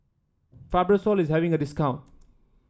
Fibrosol is having a discount